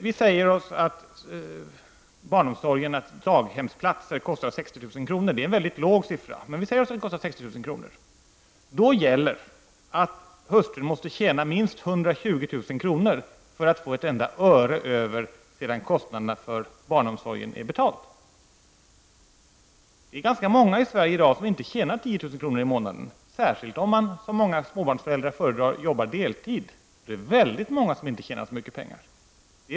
Vi säger att en barnomsorgsplats kostar oss 60 000 kr., vilket är en mycket låg kostnad. Då gäller att hustrun måste tjäna minst 120 000 kr. för att få ett enda öre över sedan kostnaderna för barnomsorgen är betalda. Det är ganska många i dagens Sverige som inte tjänar 10 000 kr. per månad, särskilt om de, som många småbarnsföräldrar gör, föredrar att arbeta deltid.